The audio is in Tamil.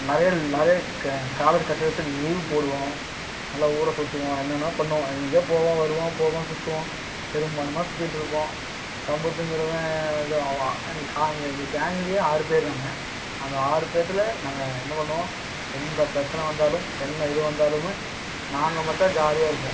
நிறைய நிறைய காலேஜ் கட் அடிச்சுட்டு லீவ் போடுவோம் நல்லா ஊரை சுத்துவோம் என்னென்னமோ பண்ணுவோம் எங்கெங்கயோ போவோம் வருவோம் போவோம் சுத்துவோம் எருமை மாடு மாதிரி சுத்திட்ருப்போம் சம்புத் தின்னுருவேன் கா எங்கள் கேங்லயே ஆறு பேருதாங்க அந்த ஆறு பேத்துல நாங்கள் என்ன பண்ணுவோம் எந்த பிரச்சின வந்தாலும் என்ன இது வந்தாலுமே நாங்கள் மட்டுந்தான் ஜாலியாக இருப்போம்